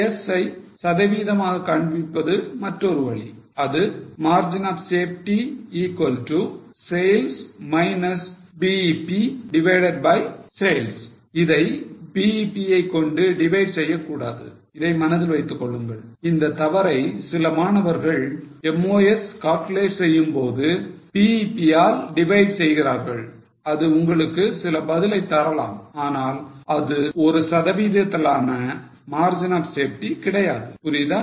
MOS ஐ சதவிகிதமாக காண்பிப்பது மற்றொரு வழி Margin of safety sales இதை BEP ஐ கொண்டு divide செய்யக்கூடாது இதை மனதில் வைத்துக் கொள்ளுங்கள் இந்த தவறை சில மாணவர்கள் MOS calculate செய்யும் போது BEP யால் divide செய்கிறார்கள் அது உங்களுக்கு சில பதிலை தரலாம் ஆனால் அது ஒரு சதவிகிதத்திலான margin of safety கிடையாது புரியுதா